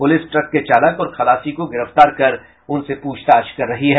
police truck के चालक और खलासी को गिरफ्तार कर उनसे पूछताछ कर रही है